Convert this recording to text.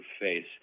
face